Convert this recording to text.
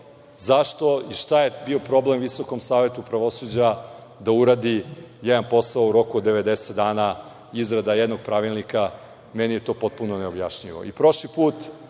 Zašto i šta je bio problem Visokom savetu pravosuđa da uradi jedan posao u roku od 90 dana, izrada jednog pravilnika. Meni je to potpuno neobjašnjivo. Prošli put